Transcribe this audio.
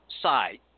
side